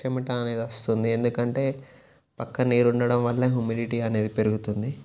చమట అనేది వస్తుంది ఎందుకు అంటే పక్కనే నీరు ఉండటం వల్లే హుముడిటి అనేది పెరుగుతుంది